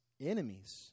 enemies